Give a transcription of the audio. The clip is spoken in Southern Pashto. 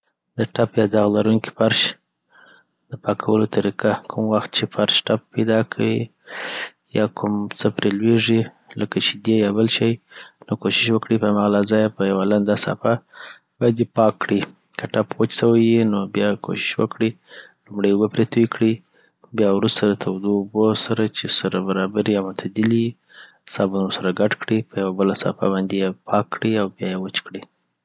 د ټپ یا داغ لرونکي فرش دپاکولو طریقه کوم وخت چی فرش ټپ پیداکي یا کوم څه پري لویږی لکه شېدې یا بل شي نو کوشش وکړي په هم لحظه یی په یو لنده ساپه باندی پاک کړی که ټپ وچ سوي یی نو بیا کوشش وکړي لومړي اوبه پری توي کړي بیا وروسته په تودو اوبو چی سره برابري یامعتدلی یي صابون ورسره ګډ کړي په یوه بله ساپه باندي یی پاک کړی او بیایی وچ کړی.